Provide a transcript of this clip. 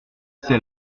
c’est